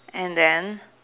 and then